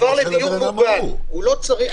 הוא עבר לדיור מוגן, הוא לא צריך יותר קו בזק.